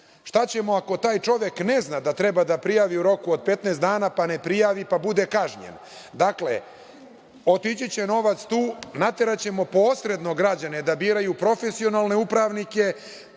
šta ćemo ako taj čovek ne zna da treba da prijavi u roku od 15 dana, pa ne prijavi, pa bude kažnjen? Dakle, otići će novac tu, nateraćemo posredno građane da biraju profesionalne upravnike,